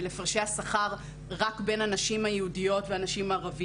על הפרשי השכר רק בין הנשים החילוניות והנשים החרדיות